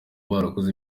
barakoze